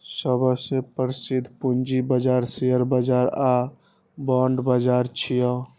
सबसं प्रसिद्ध पूंजी बाजार शेयर बाजार आ बांड बाजार छियै